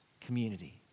community